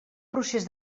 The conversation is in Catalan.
procés